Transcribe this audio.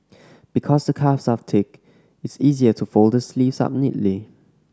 because the cuffs are thick it's easier to fold the sleeves up neatly